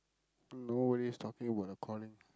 nobody's talking about the calling